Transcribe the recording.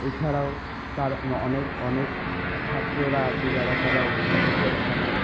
এ ছাড়াও তার অনেক অনেক ছাত্ররা আছে যারা তারা অবসর সময়ে